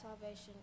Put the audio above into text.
salvation